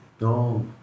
No